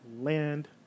land